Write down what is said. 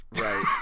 right